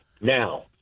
now